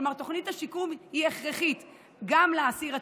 כלומר, תוכנית השיקום היא הכרחית גם לאסיר עצמו,